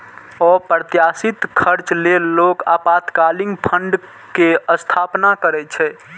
अप्रत्याशित खर्च लेल लोग आपातकालीन फंड के स्थापना करै छै